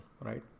right